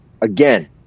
Again